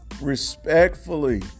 respectfully